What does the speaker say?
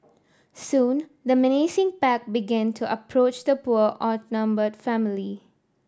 soon the menacing pack began to approach the poor outnumbered family